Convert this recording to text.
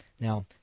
Now